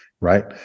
right